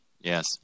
Yes